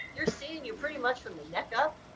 they're seeing you pretty much from the neck up,